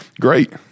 great